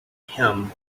him